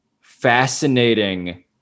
fascinating